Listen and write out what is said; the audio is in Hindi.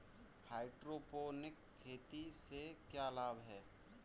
हाइड्रोपोनिक खेती से क्या लाभ हैं?